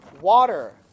water